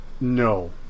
No